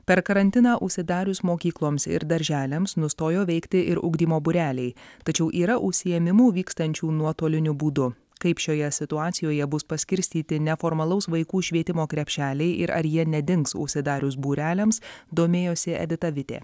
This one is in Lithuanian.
per karantiną užsidarius mokykloms ir darželiams nustojo veikti ir ugdymo būreliai tačiau yra užsiėmimų vykstančių nuotoliniu būdu kaip šioje situacijoje bus paskirstyti neformalaus vaikų švietimo krepšeliai ir ar jie nedings užsidarius būreliams domėjosi edita vitė